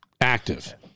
Active